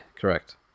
correct